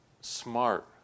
smart